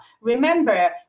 Remember